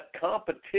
competition